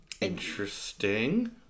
Interesting